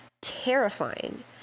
terrifying